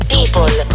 People